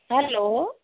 hello